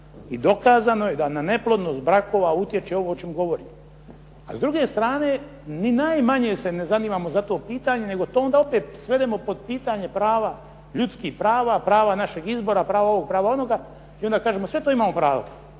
i dokazano je da na neplodnost brakova utječe ovo o čemu govorimo. A s druge strane ni najmanje se ne zanimamo za to pitanje, nego to onda opet svedemo pod pitanje prava, ljudskih prava, prava našeg izbora, pravo ovog, pravo onoga i onda kažemo sve to imamo pravo.